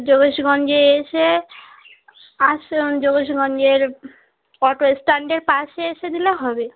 যোগেশগঞ্জে এসে আশ্রম যোগেশগঞ্জের অটো স্ট্যান্ডের পাশে এসে দিলে হবে